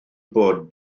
bod